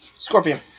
Scorpion